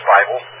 Bible